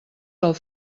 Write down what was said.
del